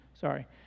Sorry